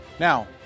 Now